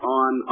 on